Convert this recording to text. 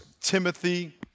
Timothy